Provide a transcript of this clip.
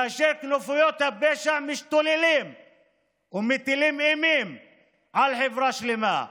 כאשר כנופיות הפשע משתוללות ומטילות אימה על חברה שלמה.